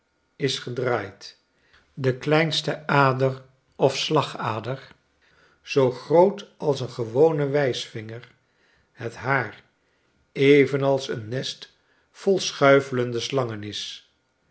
is gedraaid de kleinste ader of slagader zoo groot als een gewone wijsvinger het haar evenals een nest vol schuifelende slangen is